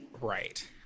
Right